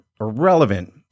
irrelevant